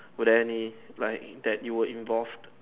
would any like that you were involved